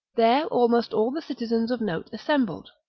there almost all the citizens of note assembled.